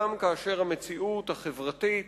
גם כאשר המציאות החברתית